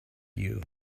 you